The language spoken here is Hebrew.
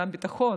גם ביטחון,